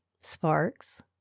Sparks